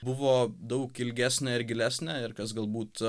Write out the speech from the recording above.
buvo daug ilgesnė ir gilesnė ir kas galbūt